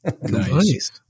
Nice